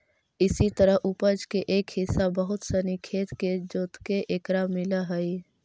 इसी तरह उपज के एक हिस्सा बहुत सनी खेत के जोतके एकरा मिलऽ हइ